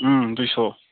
उम दुइस'